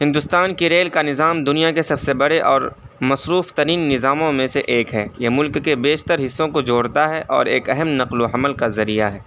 ہندوستان کی ریل کا نظام دنیا کے سب سے بڑے اور مصروف ترین نظاموں میں سے ایک ہے یہ ملک کے بیشتر حصوں کو جوڑتا ہے اور ایک اہم نقل و حمل کا ذریعہ ہے